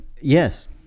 Yes